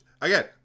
again